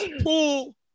pool